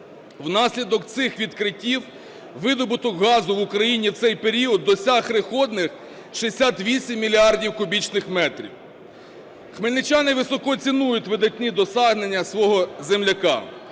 Внаслідок цих відкриттів видобуток газу в Україні в цей період досяг рекордних 68 мільярдів кубічних метрів. Хмельничани високо цінують видатні досягнення свого земляка.